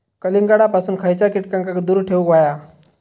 कलिंगडापासून खयच्या कीटकांका दूर ठेवूक व्हया?